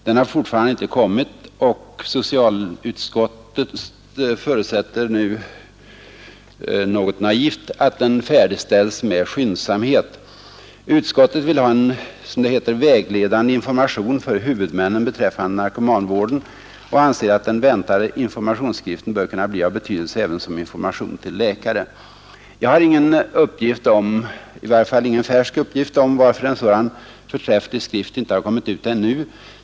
Den har fortfarande inte kommit, och socialutskottet förutsätter nu något naivt att den ”färdigställs med skyndsamhet”. Utskottet vill ha ”en vägledande information för huvudmännen beträffande narkomanvården” och anser att den ”väntade informationsskriften bör kunna bli av betydelse även som information till läkare”. Jag har ingen uppgift — i varje fall ingen färsk uppgift — om varför en sådan förträfflig skrift inte har kommit ut ännu.